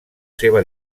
seva